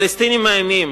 הפלסטינים מאיימים,